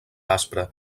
aspre